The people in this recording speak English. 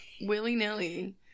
Willy-nilly